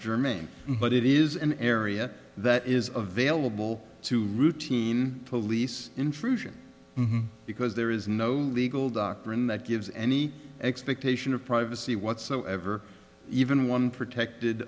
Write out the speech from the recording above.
germane but it is an area that is of vailable to routine police in fruition because there is no legal doctrine that gives any expectation of privacy whatsoever even one protected